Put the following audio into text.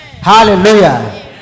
Hallelujah